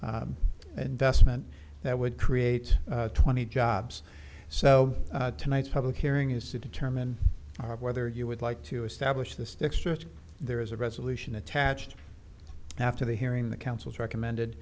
dollar investment that would create twenty jobs so tonight's public hearing is to determine whether you would like to establish the stix church there is a resolution attached after the hearing the council's recommended